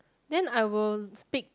then I will speak